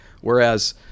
Whereas